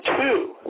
two